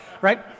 Right